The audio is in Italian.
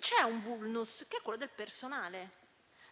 c'è un *vulnus* che è quello del personale.